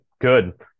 good